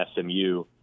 SMU